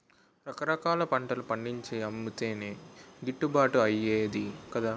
రకరకాల పంటలు పండించి అమ్మితేనే గిట్టుబాటు అయ్యేది కదా